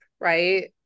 right